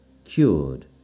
Cured